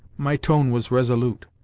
my tone was resolute.